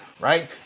right